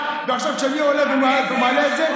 ועכשיו כשאני עולה ומעלה את זה,